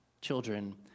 children